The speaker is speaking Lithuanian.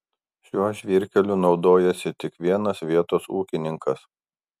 šiuo žvyrkeliu naudojasi tik vienas vietos ūkininkas